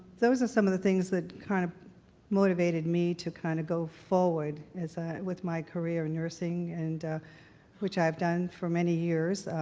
those are some of the things that kind of motivated me to kind of go forward with my career in nursing, and which i've done for many years